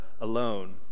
alone